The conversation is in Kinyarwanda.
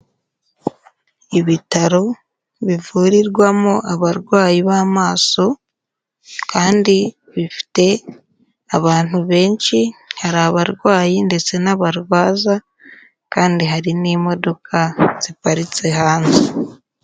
Ibitaro bivurirwamo abarwayi b'amaso kandi bifite abantu benshi, hari abarwayi ndetse n'abarwaza, kandi hari n'imodoka ziparitse hanze.